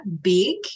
big